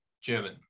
German